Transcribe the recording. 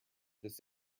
this